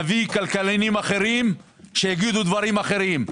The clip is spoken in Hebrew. נביא כלכלנים אחרים שיגידו דברים אחרים,